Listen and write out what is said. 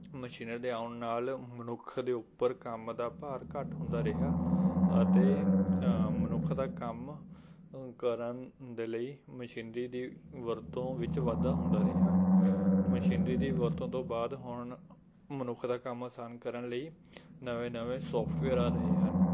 ਮਸ਼ੀਨਾਂ ਦੇ ਆਉਣ ਨਾਲ ਮਨੁੱਖ ਦੇ ਉੱਪਰ ਕੰਮ ਦਾ ਭਾਰ ਘੱਟ ਹੁੰਦਾ ਰਿਹਾ ਅਤੇ ਮਨੁੱਖ ਦਾ ਕੰਮ ਕਰਨ ਦੇ ਲਈ ਮਸ਼ੀਨਰੀ ਦੀ ਵਰਤੋਂ ਵਿੱਚ ਵਾਧਾ ਹੁੰਦਾ ਰਿਹਾ ਮਸ਼ੀਨਰੀ ਦੀ ਵਰਤੋਂ ਤੋਂ ਬਾਅਦ ਹੁਣ ਮਨੁੱਖ ਦਾ ਕੰਮ ਆਸਾਨ ਕਰਨ ਲਈ ਨਵੇਂ ਨਵੇਂ ਸਾਫਟਵੇਅਰ ਆ ਰਹੇ ਹਨ